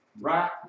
right